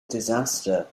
disaster